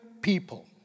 people